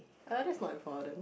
uh that's my father